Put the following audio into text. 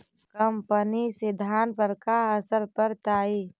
कम पनी से धान पर का असर पड़तायी?